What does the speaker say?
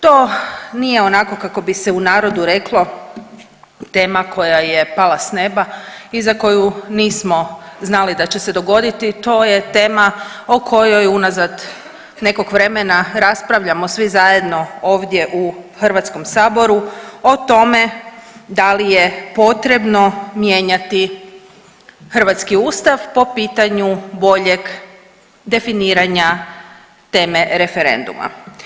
To nije onako kako bi se u narodu reklo tema koja je pala s neba i za koju nismo znali da će se dogoditi, to je tema o kojoj unazad nekog vremena raspravljamo svi zajedno ovdje u HS o tome da li je potrebno mijenjati hrvatski ustav po pitanju boljeg definiranja teme referenduma.